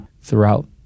throughout